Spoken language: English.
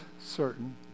certain